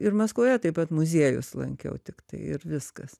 ir maskvoje taip pat muziejus lankiau tiktai ir viskas